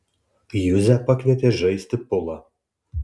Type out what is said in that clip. juzę pakvietė žaisti pulą